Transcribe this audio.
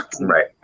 right